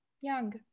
Young